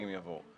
אם יבוא.